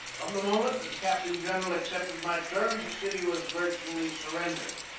from the mo ment that the captain-general accepted my terms the city was virtually surrendered,